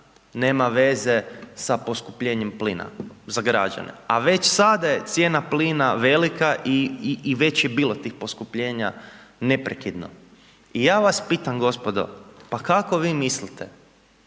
nema veze sa poskupljenjem plina za građane. A već sada je cijena plina velika i već je bilo tih poskupljenja neprekidno. I ja vas pitam gospodo, pa kako vi mislite